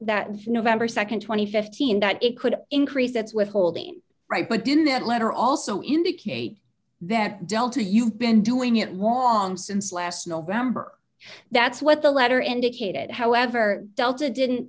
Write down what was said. that november nd two thousand and fifteen that it could increase that's withholding right but didn't that letter also indicate that delta you've been doing it wrong since last november that's what the letter indicated however delta didn't